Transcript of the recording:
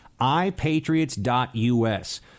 ipatriots.us